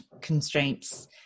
constraints